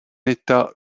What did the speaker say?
état